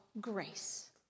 grace